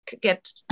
get